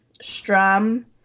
strum